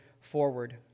forward